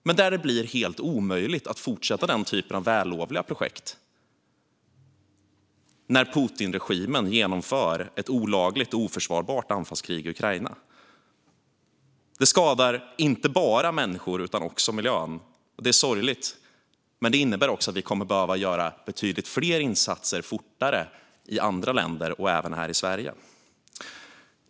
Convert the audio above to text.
Det blir helt omöjligt att fortsätta med den typen av vällovliga projekt när Putinregimen för ett olagligt och oförsvarbart anfallskrig i Ukraina. Det här skadar inte bara människor utan också miljön. Detta är sorgligt och innebär också att vi kommer att behöva göra betydligt fler insatser fortare i andra länder och även här i Sverige.